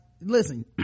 listen